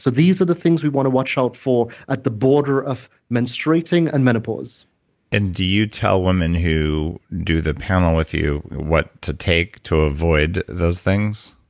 so these are the things we want to watch out for at the border of menstruating and menopause and do you tell women who do the panel with you what to take to avoid those things?